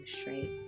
straight